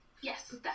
Yes